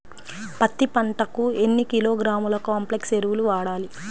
పత్తి పంటకు ఎన్ని కిలోగ్రాముల కాంప్లెక్స్ ఎరువులు వాడాలి?